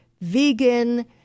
vegan